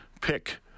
pick